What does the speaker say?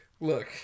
Look